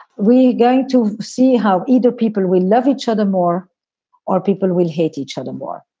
we going to see how either people we love each other more or people will hate each other more.